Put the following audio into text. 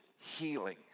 healing